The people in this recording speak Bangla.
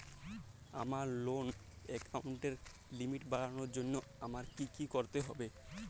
আমার লোন অ্যাকাউন্টের লিমিট বাড়ানোর জন্য আমায় কী কী করতে হবে?